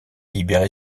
libéré